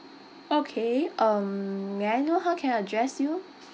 okay um may I know how can I address you